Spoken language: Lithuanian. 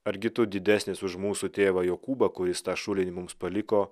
argi tu didesnis už mūsų tėvą jokūbą kuris tą šulinį mums paliko